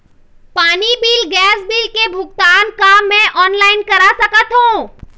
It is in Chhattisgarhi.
पानी बिल गैस बिल के भुगतान का मैं ऑनलाइन करा सकथों?